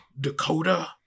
Dakota